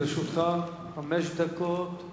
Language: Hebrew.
לרשותך חמש דקות.